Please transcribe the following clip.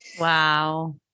Wow